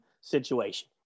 situation